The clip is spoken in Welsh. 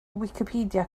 wicipedia